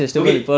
okay